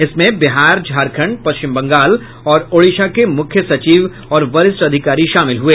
इसमें बिहार झारखंड पश्चिम बंगाल और ओडिशा के मुख्य सचिव और वरिष्ठ अधिकारी शामिल हुए